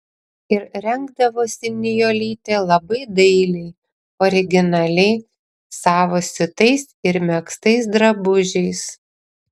ir rengdavosi nijolytė labai dailiai originaliai savo siūtais ir megztais drabužiais